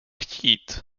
chtít